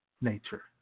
nature